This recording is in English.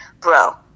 bro